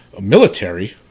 military